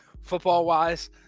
football-wise